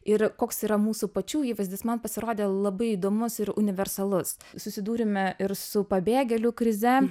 ir koks yra mūsų pačių įvaizdis man pasirodė labai įdomus ir universalus susidūrėme ir su pabėgėlių krize